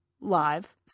live